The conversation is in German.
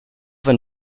wenn